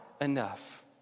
enough